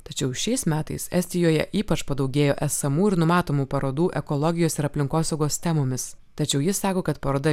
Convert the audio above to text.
tačiau šiais metais estijoje ypač padaugėjo esamų ir numatomų parodų ekologijos ir aplinkosaugos temomis tačiau jis sako kad paroda